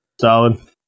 Solid